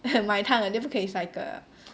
买汤了就不可以 cycle liao